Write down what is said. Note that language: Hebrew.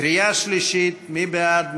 קריאה שלישית: מי בעד?